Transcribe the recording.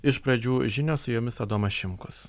iš pradžių žinios su jumis adomas šimkus